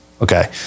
Okay